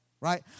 right